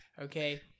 okay